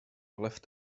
left